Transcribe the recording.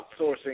outsourcing